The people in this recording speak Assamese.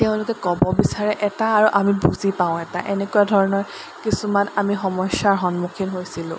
তেওঁলোকে ক'ব বিচাৰে এটা আৰু আমি বুজি পাওঁ এটা এনেকুৱা ধৰণৰ কিছুমান আমি সমস্যাৰ সন্মুখীন হৈছিলোঁ